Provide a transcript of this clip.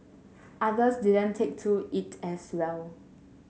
others didn't take to it as well